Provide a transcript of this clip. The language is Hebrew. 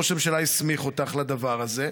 האם ראש הממשלה הסמיך אותך לדבר הזה?